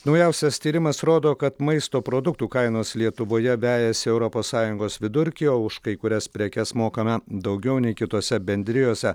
naujausias tyrimas rodo kad maisto produktų kainos lietuvoje vejasi europos sąjungos vidurkį o už kai kurias prekes mokame daugiau nei kitose bendrijose